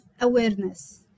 awareness